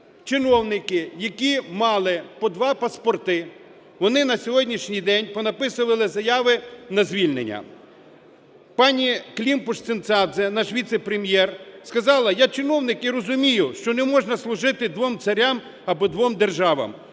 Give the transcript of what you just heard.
чиновники, які мали по два паспорти, вони на сьогоднішній день понаписували заяви про звільнення. Пані Климпуш-Цинцадзе, наш віце-прем'єр, сказала: я – чиновник і розумію, що неможна служити двом царям або двом державам.